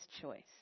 choice